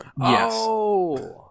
Yes